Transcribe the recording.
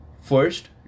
First